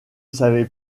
savait